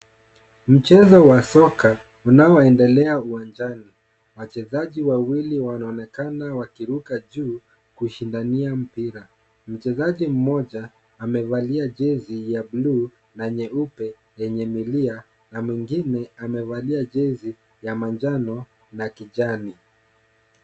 Mchezo wa soka unaoendelea uwanjani, wachezaji wawili wanaonekana wakiruka juu kushindania mpira. Mchezaji mmoja amevalia jezi ya buluu na nyeupe yenye milia, na mwingine amevalia jezi ya manjano na kijani.